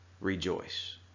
rejoice